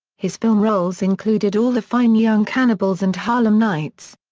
his film roles included all the fine young cannibals and harlem nights.